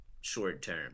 short-term